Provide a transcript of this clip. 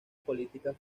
políticas